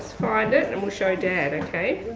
find it and we'll show dad okay?